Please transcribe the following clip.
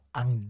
ang